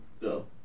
go